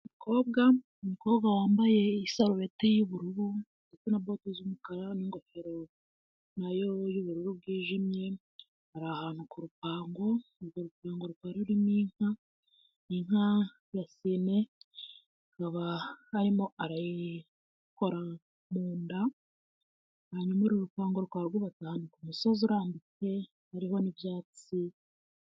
Umukobwa wambaye isarubeti y'ubururu na bote z'umukara n'ingofero y'ubururu bwijimye, ari ahantu ku rupango, urwo rupango rwa rurimo inka, inka ya Sine, akaba arimo arayikora mu nda, hanyuma uru rupango rwa rwubata ku musozi urambitse, hariho n'ibyatsi.